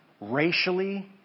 racially